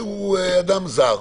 אדם זר.